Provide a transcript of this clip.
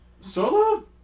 Solo